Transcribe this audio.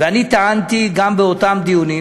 ואני טענתי גם באותם דיונים